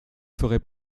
ferez